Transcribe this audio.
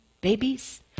babies